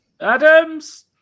Adams